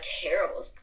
terrible